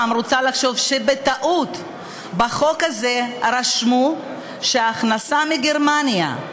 רוצה לחשוב שבטעות בחוק הזה רשמו שההכנסה מגרמניה,